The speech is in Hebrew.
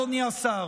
אדוני השר,